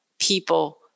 people